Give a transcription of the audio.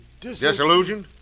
Disillusioned